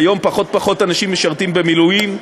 כיום פחות ופחות אנשים משרתים במילואים,